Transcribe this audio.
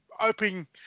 Opening